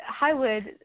Highwood